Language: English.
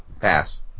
Pass